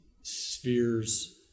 spheres